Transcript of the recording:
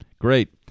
Great